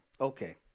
Okay